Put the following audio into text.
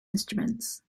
instruments